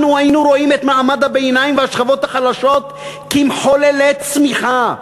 אנחנו היינו רואים את מעמד הביניים והשכבות החלשות כמחוללי צמיחה,